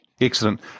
Excellent